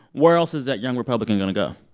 where else is that young republican going to go?